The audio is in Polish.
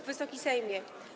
Wysoki Sejmie!